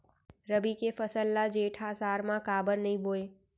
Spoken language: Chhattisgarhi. रबि के फसल ल जेठ आषाढ़ म काबर नही बोए?